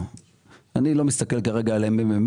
אני לא מסתכל כרגע על ה-מ.מ.מ,